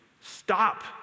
stop